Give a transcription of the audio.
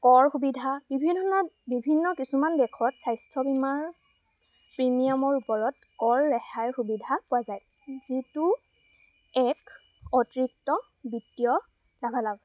কৰ সুবিধা বিভিন্ন ধৰণৰ বিভিন্ন কিছুমান দেশত স্বাস্থ্য বীমাৰ প্ৰিমিয়মৰ ওপৰত কৰ ৰেহাইৰ সুবিধা পোৱা যায় যিটো এক অতিৰিক্ত বিত্তীয় লাভালাভ